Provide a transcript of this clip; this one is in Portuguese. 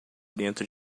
dentro